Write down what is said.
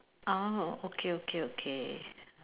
oh okay okay okay